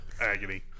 Agony